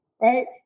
right